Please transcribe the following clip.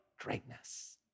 Greatness